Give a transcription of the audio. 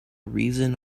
reason